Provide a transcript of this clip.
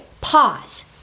pause